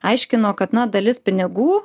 aiškino kad na dalis pinigų